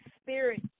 spirit